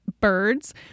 Birds